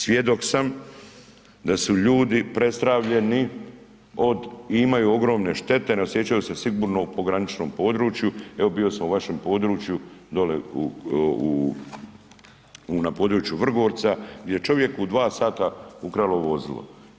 Svjedok sam da su ljudi prestravljeni od, i imaju ogromne štete, ne osjećaju se sigurno po graničnom području, evo bio sam u vašem području, dole u na području Vrgorca, gdje čovjek u 2 sata ukralo vozilo.